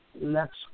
next